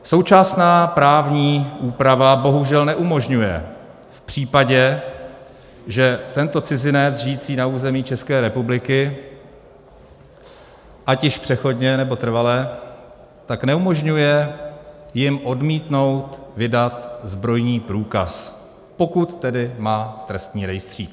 Současná právní úprava bohužel neumožňuje v případě, že tento cizinec žijící na území České republiky, ať již přechodně, nebo trvale, tak neumožňuje jim odmítnout vydat zbrojní průkaz, pokud tedy má trestní rejstřík.